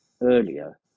earlier